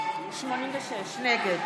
נגד